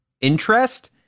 interest